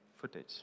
footage